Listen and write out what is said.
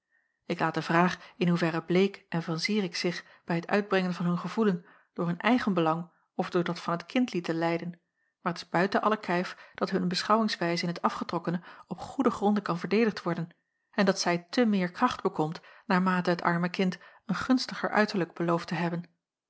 ik laat de vraag in hoeverre bleek en van zirik zich bij het uitbrengen van hun gevoelen door hun eigen belang of door dat van het kind lieten leiden maar t is buiten alle kijf dat hun beschouwingswijze in t afgetrokkene op goede gronden kan verdedigd worden en dat zij te meer kracht bekomt naarmate het arme kind een gunstiger uiterlijk belooft te hebben